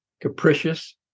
capricious